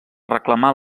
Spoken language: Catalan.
reclamar